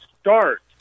start